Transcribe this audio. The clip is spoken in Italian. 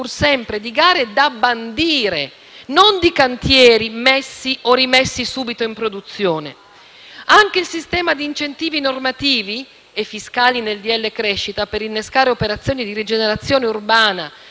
il sistema di incentivi normativi (e fiscali nel decreto-legge crescita) per innescare operazioni di rigenerazione urbana